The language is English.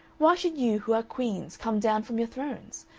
why should you who are queens come down from your thrones?